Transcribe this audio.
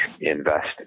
invest